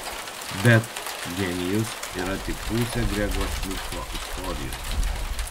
bet genijus yra tik pusė grego smitho istorijos